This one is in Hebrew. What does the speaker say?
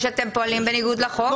או שאתם פועלים בניגוד לחוק,